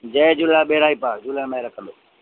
जय झूलेलाल बेड़ा ही पार झूलण महिर कंदो